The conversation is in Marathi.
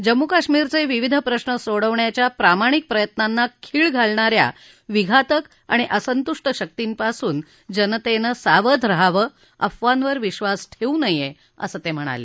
जम्मू कश्मीरचे विविध प्रश्न सोडवण्याच्या प्रामाणिक प्रयत्नांना खिळ घालणा या विघातक आणि असंतुष्ट शक्तींपासून जनतेनं सावध रहावं अफवांवर विश्वास ठेवू नये असं ते म्हणाले